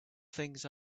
things